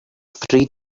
three